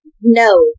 no